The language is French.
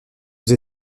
vous